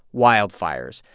wildfires.